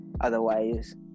Otherwise